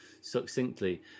succinctly